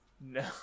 no